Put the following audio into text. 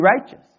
righteous